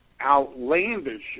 outlandish